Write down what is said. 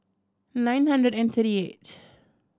nine hundred and thirty eight